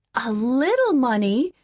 a little money'!